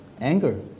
anger